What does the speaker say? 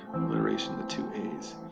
um alliteration two a's